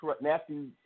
Matthew